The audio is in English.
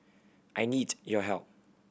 I need your help